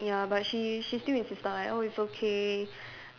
ya but she she still insisted oh it's okay